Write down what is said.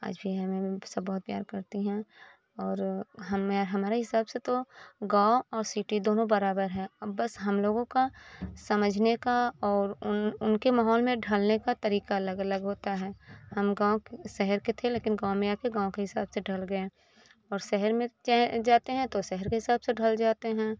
आज भी हम लोग सब बहुत प्यार करती हैं और हमें हमारे हिसाब से तो गाँव और सिटी दोनों बराबर हैं अब बस हम लोगों का समझने का और उन उनके माहौल में ढलने का तरीक़ा अलग अलग होता है हम गाँव के शहर के थे लेकिन गाँव में आ कर गाँव के हिसाब से ढल गए हैं और शहर में जाएँ जाते हैं तो शहर के हिसाब से ढल जाते हैं